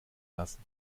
lassen